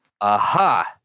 aha